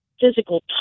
physical